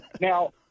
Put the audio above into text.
Now